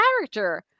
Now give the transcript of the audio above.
character